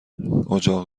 اجاق